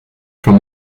from